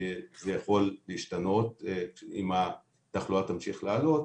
כי זה יכול להשתנות אם התחלואה תמשיך לעלות,